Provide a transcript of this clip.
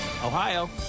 Ohio